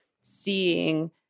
seeing